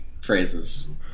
phrases